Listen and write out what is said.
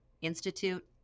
Institute